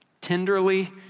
Tenderly